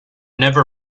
never